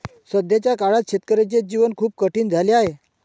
सध्याच्या काळात शेतकऱ्याचे जीवन खूप कठीण झाले आहे